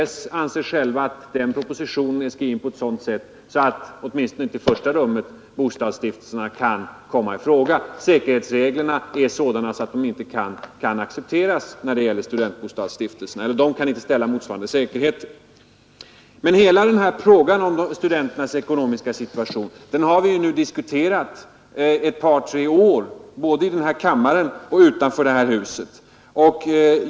SFS anser själv att propositionen är skriven på ett sådant sätt att studentbostadsstiftelserna åtminstone inte i första rummet kan komma i fråga, eftersom de inte kan ställa de säkerheter som fordras Hela frågan om studenternas ekonomiska situation har vi nu diskuterat ett par tre år, både i kammaren och utanför det här huset.